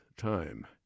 time